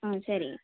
ஆ சரி